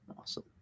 Awesome